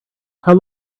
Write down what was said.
how